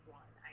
one